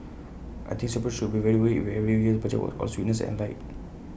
I think Singaporeans should be very worried if every year's budget was all sweetness and light